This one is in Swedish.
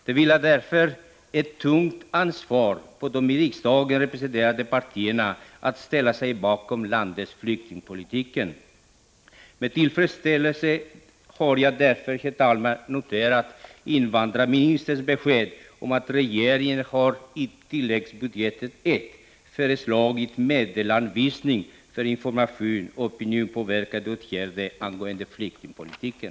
Det vilar därför ett tungt ansvar på de i riksdagen representerade partierna att ställa sig bakom landets flyktingpolitik. Med tillfredsställelse har jag alltså, herr talman, noterat invandrarministerns besked om att regeringen i tilläggsbudget I har föreslagit medelsanvisning för information och opinionspåverkande åtgärder angående flyktingpolitiken.